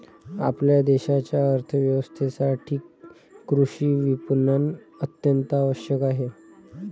आपल्या देशाच्या अर्थ व्यवस्थेसाठी कृषी विपणन अत्यंत आवश्यक आहे